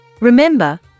Remember